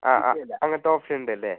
ആ ആ അങ്ങനത്തെ ഓപ്ഷൻ ഉണ്ടല്ലേ